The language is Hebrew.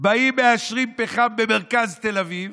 באים ומאשרים פחם במרכז תל אביב,